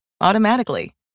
automatically